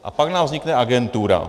A pak nám vznikne agentura.